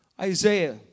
Isaiah